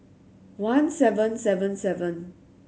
one seven seven seven